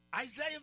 Isaiah